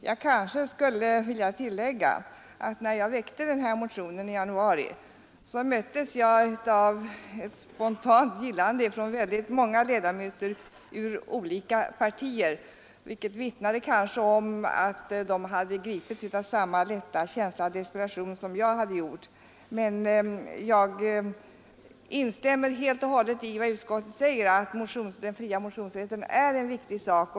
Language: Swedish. Jag vill tillägga att när jag väckte denna motion i januari, möttes jag av ett spontant gillande från väldigt många ledamöter ur olika partier, vilket kanske vittnar om att de gripits av samma lätta k änsla av desperation som jag hade gjort. Men jag instämmer helt och hållet i vad utskottet säger, nämligen att den fria motionsrätten är en viktig sak.